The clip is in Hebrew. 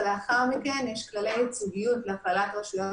ולאחר מכן יש כללי ייצוגיות להכללת רשויות